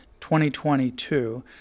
2022